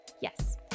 Yes